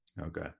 Okay